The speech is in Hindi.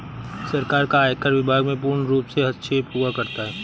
सरकार का आयकर विभाग में पूर्णरूप से हस्तक्षेप हुआ करता है